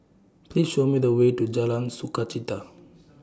Please Show Me The Way to Jalan Sukachita